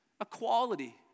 equality